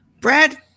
Brad